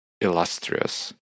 illustrious